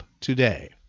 today